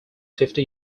fifty